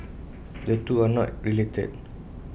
the two are not related